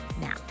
now